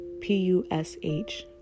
P-U-S-H